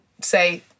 say